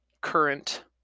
current